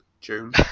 June